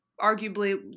arguably